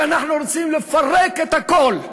כי אנחנו רוצים לפרק את הכול.